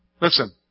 Listen